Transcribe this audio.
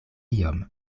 iom